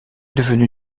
devenue